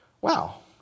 wow